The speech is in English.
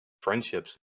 friendships